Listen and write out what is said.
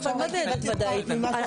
ועכשיו הבנתי אותך משהו אחר.